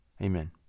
Amen